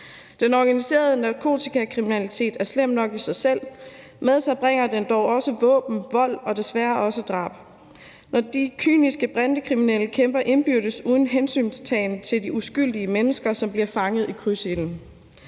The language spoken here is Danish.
Den organiserede narkotikakriminalitet er slem nok i sig selv. Med sig bringer den dog også våben, vold og desværre også drab, som når de kyniske bandekriminelle kæmper indbyrdes uden hensyntagen til de uskyldige mennesker, som bliver fanget i krydsilden.